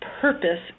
purpose